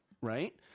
Right